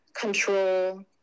control